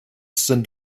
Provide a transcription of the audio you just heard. sind